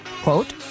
quote